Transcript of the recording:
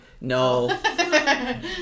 No